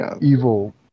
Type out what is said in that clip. evil